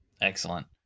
Excellent